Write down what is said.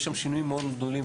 יש שם שינויים מאוד גדולים,